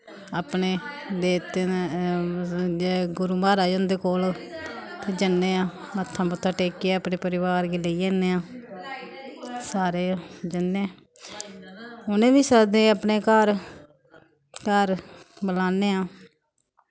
अपने देवतें दे इ'यै गुरु म्हाराज हुंदे कोल उत्थै जन्ने आं मत्था मुत्था टेकियै अपने परिवार गी लेई जन्ने आं सारे जन्ने उ'नें बी सद्दने अपने घर घर बलान्ने आं